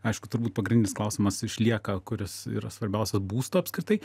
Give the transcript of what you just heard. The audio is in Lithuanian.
aišku turbūt pagrindinis klausimas išlieka kuris yra svarbiausias būsto apskritai